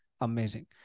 amazing